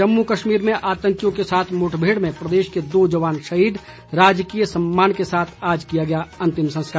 जम्मू कश्मीर में आतंकियों के साथ मुठभेड़ में प्रदेश के दो जवान शहीद राजकीय सम्मान के साथ आज किया गया अंतिम संस्कार